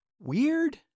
Weird